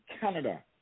Canada